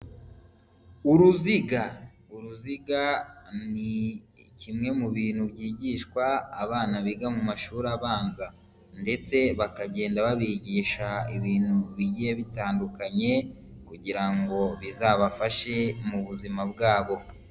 Uruziga, uruziga ni kimwe mu bintu byigishwa abana biga mu mashuri abanza, ndetse bakagenda babigisha ibintu bijye bitandukanye kugira ngo bizabafashe mu buzima bwabo.